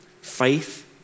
Faith